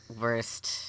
worst